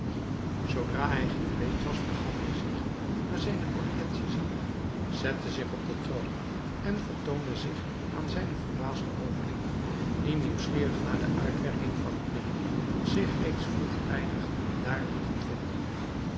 zoodra hij gekleed was begaf hij zich naar zijne audientie zaal zette zich op den troon en vertoonde zich aan zijne verbaasde hovelingen die nieuwsgierig naar de uitwerking van het middel zich reeds vroegtijdig daar lieten vinden